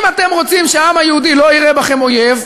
אם אתם רוצים שהעם היהודי לא יראה בכם אויב,